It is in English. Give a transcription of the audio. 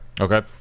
Okay